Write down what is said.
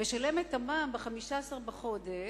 אתה משלם את המע"מ ב-15 בחודש,